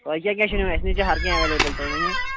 تۄہہِ کیٛاہ کیٛاہ چھُ نیُن اَسہِ نِش چھِ ہر کیٚنہہ ایولیبٕل تُہۍ ؤنِو